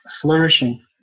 flourishing